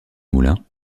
moulin